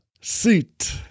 seat